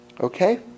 Okay